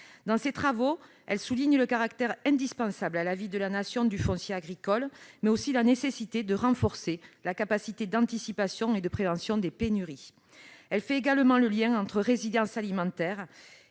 Dans ses travaux, elle souligne le caractère indispensable à la vie de la Nation du foncier agricole, mais aussi la nécessité de renforcer la capacité d'anticipation et de prévention des pénuries. Elle fait également le lien entre résilience alimentaire